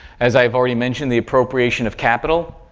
as i've already mentioned, the appropriation of capital,